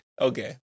okay